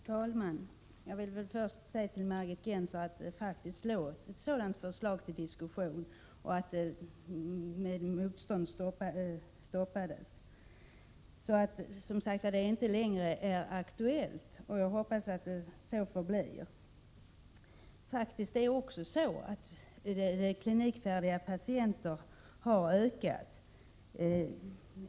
Herr talman! Jag vill först säga till Margit Gennser att det faktiskt fanns ett förslag om vård på hotell uppe till diskussion men att det mötte motstånd och stoppades. Det är alltså inte längre aktuellt och jag hoppas att det inte kommer upp mer. Det är faktiskt också så att antalet klinikfärdiga patienter har ökat.